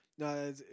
No